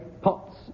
Pots